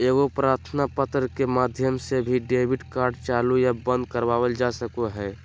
एगो प्रार्थना पत्र के माध्यम से भी डेबिट कार्ड चालू या बंद करवावल जा सको हय